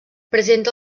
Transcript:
presenta